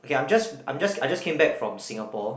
okay I'm just I'm just I just came back from Singapore